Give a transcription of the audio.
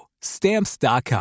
Stamps.com